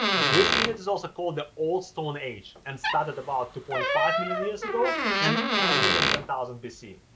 this period is also called the old stone age and it started about two point five million years ago and ended in ten thousand bc.